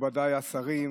מכובדיי השרים,